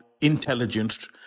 intelligence